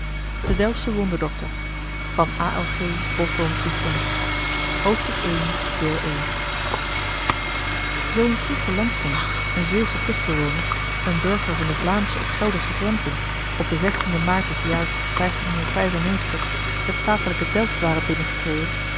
zoo een friesche landman een zeeuwsche kustbewoner een burger van de vlaamsche of geldersche grenzen op den den maart des jaars het statelijk delft ware binnengetreden